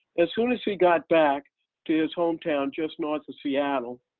as soon as he got back to his hometown, just north of seattle,